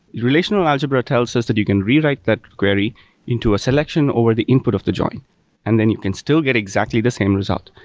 relational algebra tells us that you can rewrite that query into a selection over the input of the join and then you can still get exactly the same result.